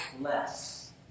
less